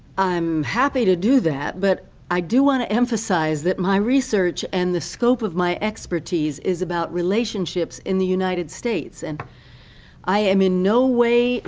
i'm happy to do that, but i do want to emphasize that my research and the scope of my expertise is about relationships in the united states that and i am in no way,